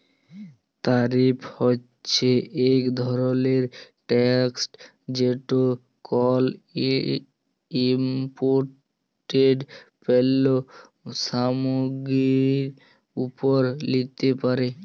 তারিফ হছে ইক ধরলের ট্যাকস যেট কল ইমপোর্টেড পল্য সামগ্গিরির উপর লিতে পারে